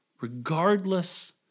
regardless